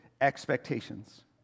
expectations